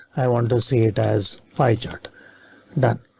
i want to see it as pie chart done.